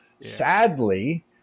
sadly